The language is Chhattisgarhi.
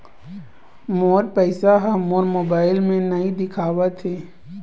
मोर पैसा ह मोर मोबाइल में नाई दिखावथे